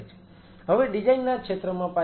હવે ડિઝાઈન ના ક્ષેત્રમાં પાછા આવીએ